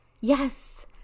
Yes